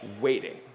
waiting